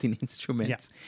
instruments